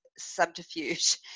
subterfuge